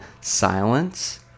silence